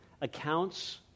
accounts